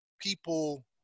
people